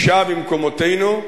אשה במקומותינו,